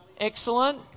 Excellent